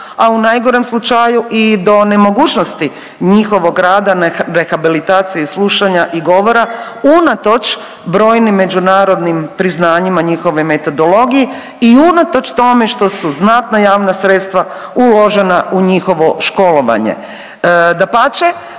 a u najgorem slučaju i do nemogućnosti njihovog rada na rehabilitaciji slušanja i govora unatoč brojnim međunarodnim priznanjima, njihovoj metodologiji i unatoč tome što su znatna javna sredstva uložena u njihovo školovanje.